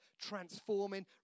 transforming